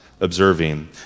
observing